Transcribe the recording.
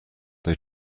they